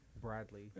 Bradley